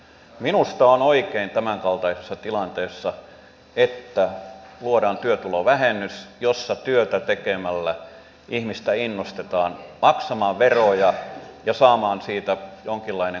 minusta on oikein tämänkaltaisessa tilanteessa että luodaan työtulovähennys jossa työtä tekemällä ihmistä innostetaan maksamaan veroja ja saamaan siitä jonkinlainen kohtuullisuus